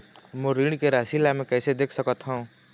मोर ऋण के राशि ला म कैसे देख सकत हव?